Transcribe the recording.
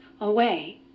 away